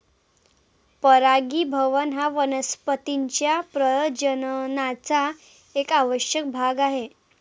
परागीभवन हा वनस्पतीं च्या प्रजननाचा एक आवश्यक भाग आहे